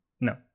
No